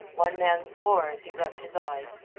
one man swore as he rubbed his eyes.